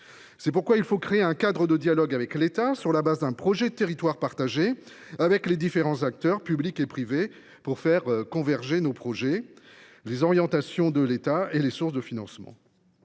C’est pourquoi il faut créer un cadre de dialogue avec l’État sur la base d’un projet de territoire partagé avec les différents acteurs publics et privés. Ainsi seulement se donnera t on les moyens de faire converger nos projets, les orientations de l’État et les sources de financement.